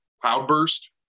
Cloudburst